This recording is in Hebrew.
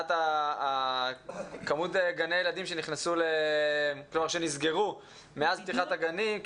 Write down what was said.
מבחינת כמות גני הילדים שנסגרו מאז פתיחת הגנים,